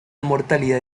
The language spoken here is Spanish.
mortalidad